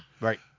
Right